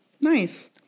Nice